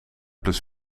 plus